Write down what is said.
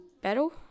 battle